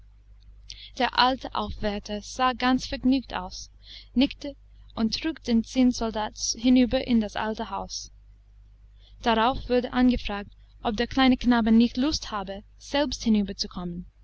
der alte aufwärter sah ganz vergnügt aus nickte und trug den zinnsoldaten hinüber in das alte haus darauf wurde angefragt ob der kleine knabe nicht lust habe selbst hinüber